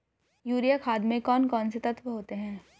Urea खाद में कौन कौन से तत्व होते हैं?